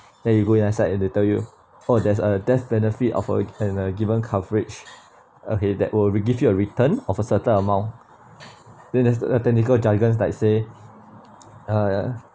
then you go inside and they tell you oh there's a death benefit of a and a given coverage ahead that will give you a return of a certain amount then there's a technical jargon like say uh